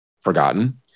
forgotten